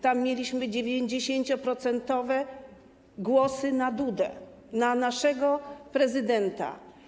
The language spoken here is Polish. Tam mieliśmy 90-procentowe głosy na Dudę, na naszego prezydenta.